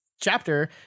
chapter